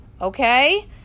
okay